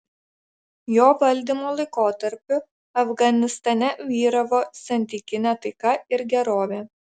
jo valdymo laikotarpiu afganistane vyravo santykinė taika ir gerovė